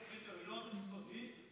זה קריטריון סודי?